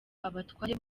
abatware